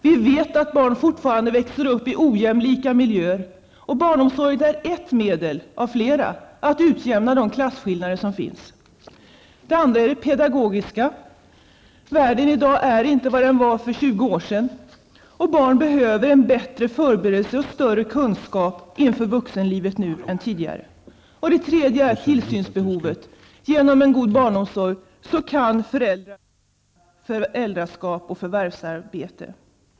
Vi vet att barn fortfarande växer upp i ojämlika miljöer, och barnomsorgen är ett medel av flera att utjämna de klassskillnader som finns. Det andra är det pedagogiska. Världen är i dag inte vad den var för 20 år sedan, och barn behöver nu en bättre förberedelse och större kunskap inför vuxenlivet än tidigare. Det tredje är tillsynsbehovet. Genom en god barnomsorg kan föräldrar förena föräldraskap och förvärvsarbete.